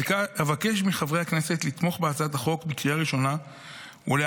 אבקש מחברי הכנסת לתמוך בהצעת החוק בקריאה הראשונה ולהעבירה